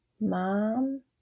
mom